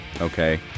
okay